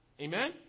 Amen